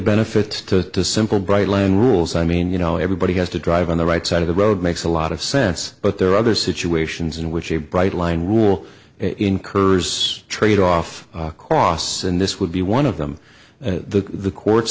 benefit to the simple bright line rules i mean you know everybody has to drive on the right side of the road makes a lot of sense but there are other situations in which a bright line rule incurs tradeoff costs and this would be one of them to the courts